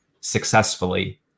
successfully